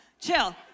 chill